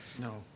No